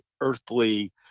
earthly